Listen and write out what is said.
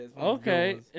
okay